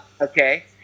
Okay